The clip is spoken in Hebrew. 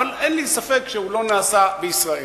אבל אין לי ספק שהוא לא נעשה בישראל.